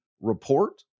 report